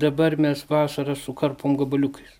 dabar mes vasaras sukarpom gabaliukais